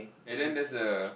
okay then that's the